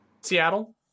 seattle